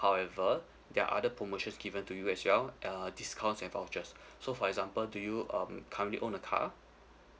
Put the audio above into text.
however there are other promotions given to you as well err discounts and vouchers so for example do you um currently own a car